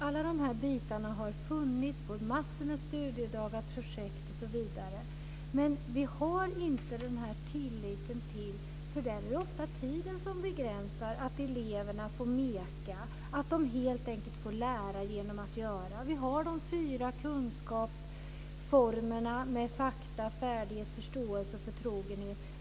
Alla de här bitarna har funnits på massor av studiedagar, i projekt osv. Men vi har inte den här tilliten. Det är ofta tiden som begränsar eleverna när det gäller att de ska få meka och helt enkelt lära genom att göra. Vi har de fyra kunskapsformerna: fakta, färdighet, förståelse och förtrogenhet.